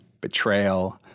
betrayal